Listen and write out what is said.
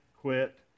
quit